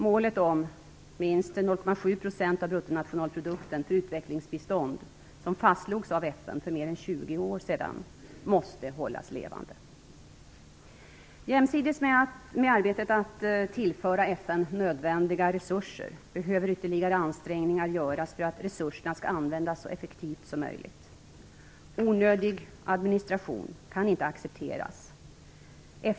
Målet om minst 0,7 % av bruttonationalprodukten till utvecklingsbistånd, som fastslogs av FN för mer än 20 år sedan, måste hållas levande. Jämsides med arbetet att tillföra FN nödvändiga resurser behöver ytterligare ansträngningar göras för att resurserna skall användas så effektivt som möjligt. Onödig administration kan inte accepteras.